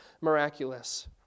miraculous